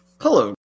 Hello